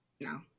no